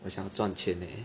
我想赚钱 leh